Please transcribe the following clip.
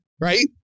right